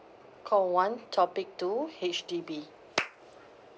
call one topic two H_D_B